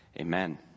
Amen